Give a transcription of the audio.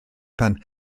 pan